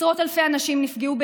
עשרות אלפי אנשים נפגעו,